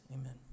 Amen